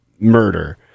Murder